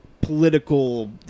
political